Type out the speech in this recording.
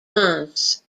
france